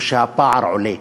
הוא שהפער עולה.